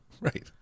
Right